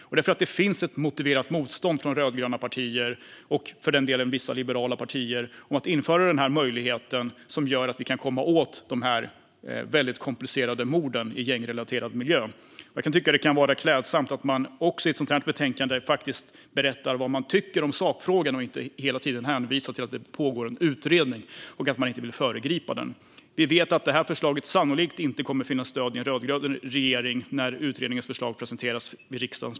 Det är för att det finns ett motiverat motstånd från rödgröna partier, och för den delen vissa liberala partier, om att införa möjligheten att komma åt de komplicerade morden i gängrelaterad miljö. Det kunde vara klädsamt att i betänkandet faktiskt berätta vad man tycker i sakfrågan och inte hela tiden hänvisa till att man inte vill föregripa en pågående utredning. Vi vet att förslaget sannolikt inte kommer att finna stöd i en rödgrön regering när utredningens förslag presenteras för riksdagen.